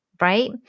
right